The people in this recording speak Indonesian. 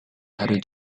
hari